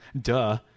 Duh